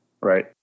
Right